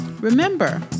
Remember